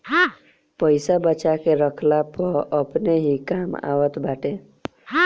पईसा बचा के रखला पअ अपने ही काम आवत बाटे